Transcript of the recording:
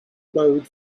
glowed